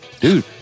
dude